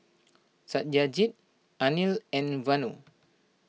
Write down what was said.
Satyajit Anil and Vanu